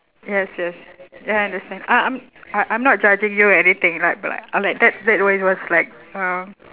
yes yes ya I understand uh I'm uh I'm not judging you or anything you know like I'll be like I like that that where you was like um